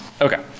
Okay